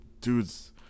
Dude's